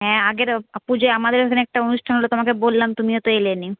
হ্যাঁ আগের পুজোই আমাদের এখানে একটা অনুষ্ঠান হল তোমাকে বললাম তুমিও তো এলে না